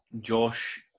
Josh